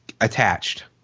attached